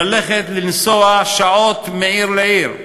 ללכת, לנסוע שעות מעיר לעיר,